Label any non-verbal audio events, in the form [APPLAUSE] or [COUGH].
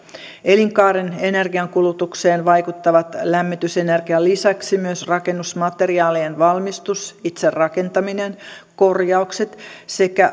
elinkaaren energiankulutukseen vaikuttavat lämmitysenergian lisäksi myös rakennusmateriaalien valmistus itse rakentaminen korjaukset sekä [UNINTELLIGIBLE]